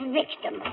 victim